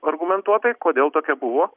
argumentuotai kodėl tokia buvo